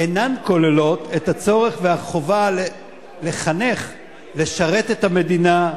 אינן כוללות את הצורך והחובה לחנך לשרת את המדינה,